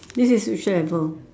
this is which level